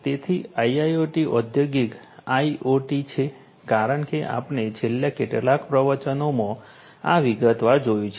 તેથી આઈઆઈઓટી ઔદ્યોગિક આઇઓટી છે કારણ કે આપણે છેલ્લા કેટલાક પ્રવચનોમાં આ વિગતવાર જોયું છે